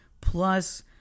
plus